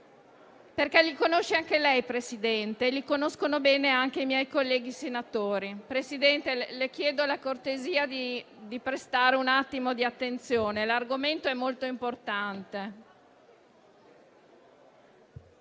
che conosce bene anche lei, così come li conoscono bene anche i miei colleghi senatori. Signor Presidente, le chiedo la cortesia di prestare un attimo di attenzione, perché l'argomento è molto importante.